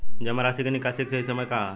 जमा राशि क निकासी के सही समय का ह?